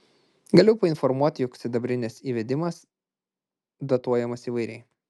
galiu painformuoti jog sidabrinės įvedimas datuojamas įvairiai